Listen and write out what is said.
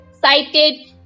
cited